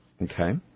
Okay